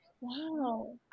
Wow